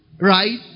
right